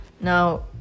Now